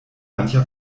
mancher